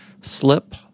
Slip